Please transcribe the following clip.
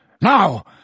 Now